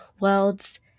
world's